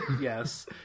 yes